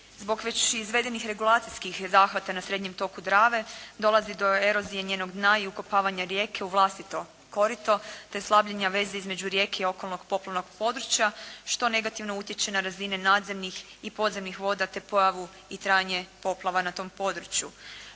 Zbog već izvedenih regulacijskih zahvata na srednjem toku Drave dolazi do erozije njenog dna i ukopavanje rijeke u vlastito korito te slabljenja veze između rijeke i okolnog poplavnog područja što negativno utječe na razine nadzemnih i podzemnih voda te pojavu i trajanje poplava na tom području.